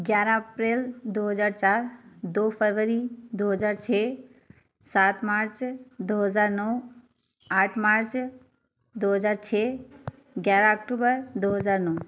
ग्यारह अप्रैल दो हज़ार चार दो फरवरी दो हज़ार छ सात मार्च दो हज़ार नौ आठ मार्च दो हज़ार छ ग्यारह अक्टूबर दो हज़ार नौ